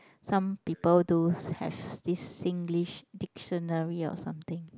some people do have this Singlish dictionary or something